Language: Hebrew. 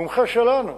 מומחה שלנו,